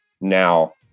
now